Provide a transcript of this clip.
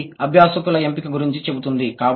అది అభ్యాసకుల ఎంపిక గురించి చెబుతుంది